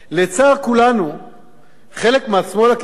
חלק מהשמאל הקיצוני התבטא לא פעם כי אנחנו,